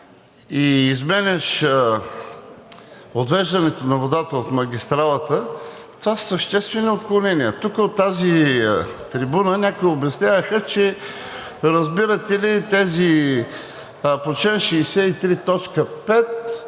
и изменяш отвеждането на водата от магистралата, това са съществени отклонения. Тук от тази трибуна някои обясняваха, че разбирате ли, тези по чл. 63,